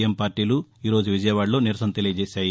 I పార్లీలు ఈ రోజు విజయవాడలో నిరసన తెలియజేశాయి